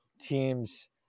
teams